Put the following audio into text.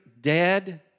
dead